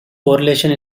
correlation